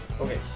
Okay